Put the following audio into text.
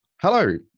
Hello